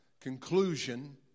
conclusion